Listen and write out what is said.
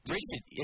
Richard